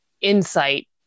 insight